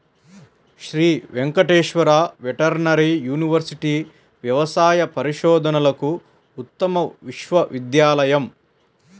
Shri Venkateswara veterinary university వ్యవసాయ పరిశోధనలకు ఉత్తమ విశ్వవిద్యాలయం